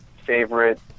favorite